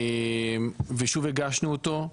ושוב הגשנו אותו,